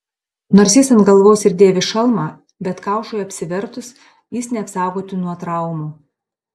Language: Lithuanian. nors jis ant galvos ir dėvi šalmą bet kaušui apsivertus jis neapsaugotų nuo traumų